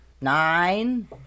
nine